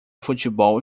futebol